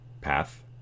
path